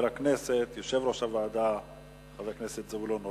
יושב-ראש הוועדה חבר הכנסת זבולון אורלב.